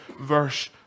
verse